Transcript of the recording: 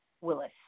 Willis